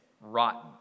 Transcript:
rotten